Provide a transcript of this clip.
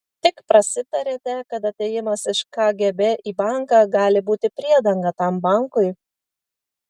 tai prasitarėte kad atėjimas iš kgb į banką gali būti priedanga tam bankui